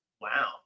Wow